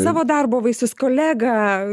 savo darbo vaisius kolegą